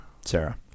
Sarah